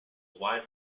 wide